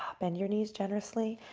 bend your knees generously,